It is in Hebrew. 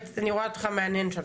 אני רואה אותך מהנהן שם.